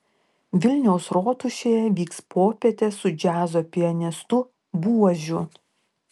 vilniaus rotušėje vyks popietė su džiazo pianistu buožiu